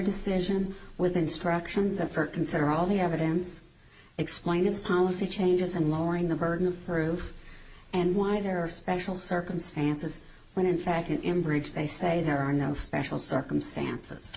decision with instructions that first consider all the evidence explained its policy changes and lowering the burden of proof and why there are special circumstances when in fact in bridge they say there are no special circumstances